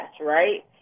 right